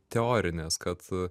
teorinės kad